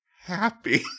happy